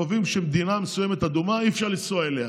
קובעים שמדינה מסוימת אדומה, אי-אפשר לנסוע אליה.